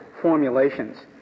formulations